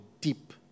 deep